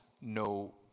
no